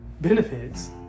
benefits